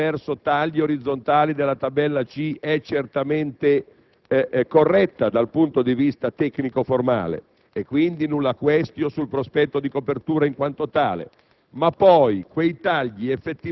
la copertura degli oneri attraverso tagli orizzontali della tabella C è certamente corretta dal punto di vista tecnico, quindi *nulla quaestio* sul prospetto di copertura in quanto tale,